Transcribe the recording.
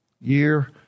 Year